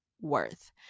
worth